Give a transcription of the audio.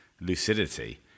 lucidity